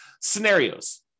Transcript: scenarios